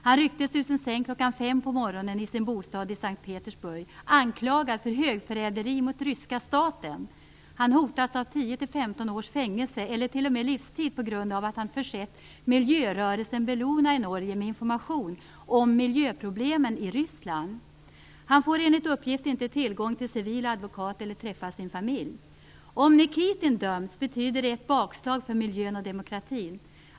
Han rycktes ur sin säng klockan fem på morgonen i sin bostad i Sankt Petersburg, anklagad för högförräderi mot ryska staten. Han hotas av 10-15 års fängelse eller t.o.m. livstid på grund av att han försett miljörörelsen Bellona i Norge med information om mijlöproblem i Ryssland. Han får enligt uppgift inte tillgång till civil advokat och han får inte heller träffa sin familj. Om Nikitin döms betyder det ett bakslag för miljön och demokratin.